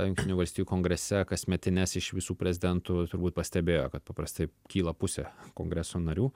jungtinių valstijų kongrese kasmetines iš visų prezidentų turbūt pastebėjo kad paprastai kyla pusė kongreso narių